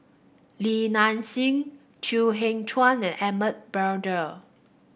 Li Nanxing Chew Kheng Chuan and Edmund Blundell